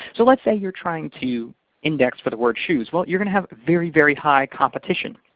so let's say you're trying to index for the word shoes. well, you're going to have very, very high competition.